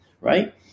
right